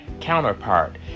counterpart